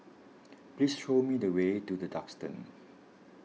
please show me the way to the Duxton